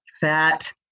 fat